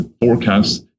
forecasts